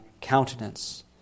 countenance